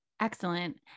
Excellent